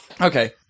Okay